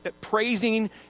praising